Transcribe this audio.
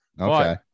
Okay